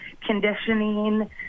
conditioning